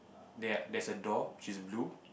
they're there's a door which is blue